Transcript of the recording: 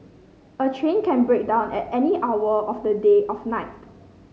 a train can break down at any hour of the day of night